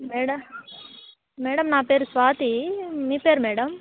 madam madam నా పేరు స్వాతి మీ పేరు మేడమ్